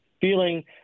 feeling